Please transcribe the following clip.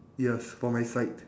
yes for my side